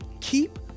Keep